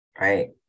Right